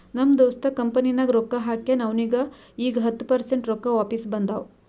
ನಮ್ ದೋಸ್ತ್ ಕಂಪನಿನಾಗ್ ರೊಕ್ಕಾ ಹಾಕ್ಯಾನ್ ಅವ್ನಿಗ ಈಗ್ ಹತ್ತ ಪರ್ಸೆಂಟ್ ರೊಕ್ಕಾ ವಾಪಿಸ್ ಬಂದಾವ್